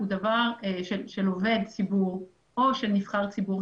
של עובד ציבור או גם של נבחר ציבור,